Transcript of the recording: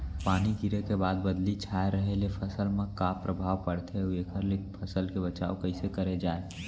पानी गिरे के बाद बदली छाये रहे ले फसल मा का प्रभाव पड़थे अऊ एखर ले फसल के बचाव कइसे करे जाये?